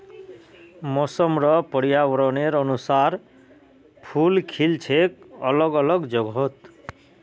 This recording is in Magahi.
मौसम र पर्यावरनेर अनुसार फूल खिल छेक अलग अलग जगहत